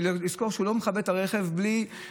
לזכור שהוא לא מכבה את הרכב בלי,